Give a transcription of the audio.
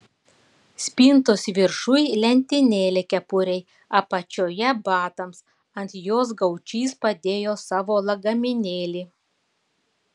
spintos viršuj lentynėlė kepurei apačioje batams ant jos gaučys padėjo savo lagaminėlį